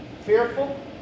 fearful